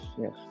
yes